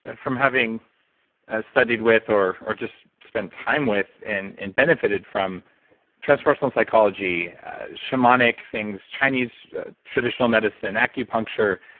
ah from having studied with or or just spent time with and and benefited from transformative psychology, shamanic things, chinese traditional medicine, acupuncture,